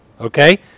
Okay